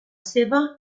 seva